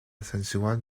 sensual